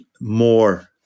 more